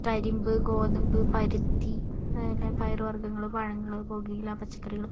കരിമ്പ് ഗോതമ്പ് പരുത്തി അതേപോലെ പയറുവർഗ്ഗങ്ങള് പഴങ്ങള് പുകയില പച്ചക്കറികള്